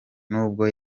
nubwo